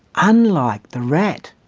unlike the rat,